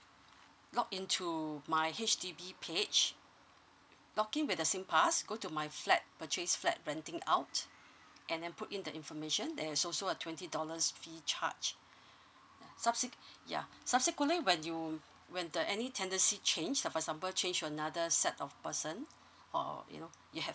log in to my H_D_B page log in with the singpass go to my flat purchase flat renting out and then put in the information there's also a twenty dollars fee charge subse yeah subsequently when you when the any tenancy change for example change another set of person or you know you have